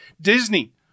Disney